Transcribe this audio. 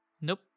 Nope